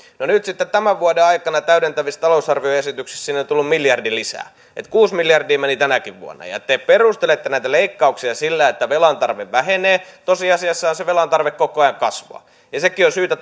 no nyt sitten tämän vuoden aikana täydentävissä talousarvioesityksissä sinne on tullut miljardi lisää että kuusi miljardia meni tänäkin vuonna ja te perustelette näitä leikkauksia sillä että velan tarve vähenee tosiasiassahan se velan tarve koko ajan kasvaa sekin on syytä